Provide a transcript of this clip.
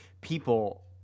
people